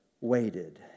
waited